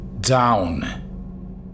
Down